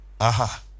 Aha